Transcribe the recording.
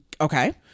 okay